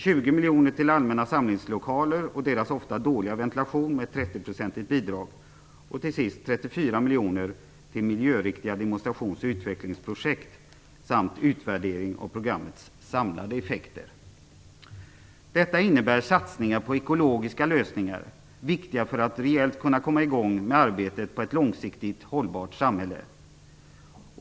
20 miljoner kronor går till allmänna samlingslokaler med sin ofta dåliga ventilation, med ett bidrag på 30 %, och till sist går Detta innebär satsningar på ekologiska lösningar viktiga för att reellt kunna komma i gång med arbetet på ett långsiktigt hållbart samhälle.